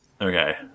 Okay